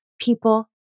people